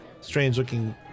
strange-looking